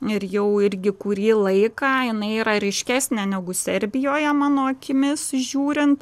ir jau irgi kurį laiką jinai yra ryškesnė negu serbijoje mano akimis žiūrint